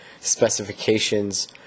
specifications